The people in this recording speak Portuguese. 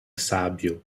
sábio